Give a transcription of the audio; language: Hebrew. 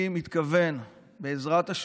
אני מתכוון, בעזרת השם,